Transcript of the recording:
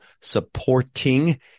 supporting